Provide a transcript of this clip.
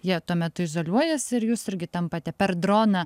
jie tuo metu izoliuojasi ir jūs irgi tampate per droną